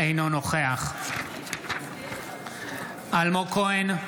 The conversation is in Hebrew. אינו נוכח אלמוג כהן,